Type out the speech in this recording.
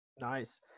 Nice